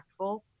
impactful